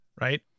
Right